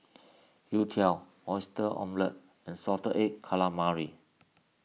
Youtiao Oyster Omelette and Salted Egg Calamari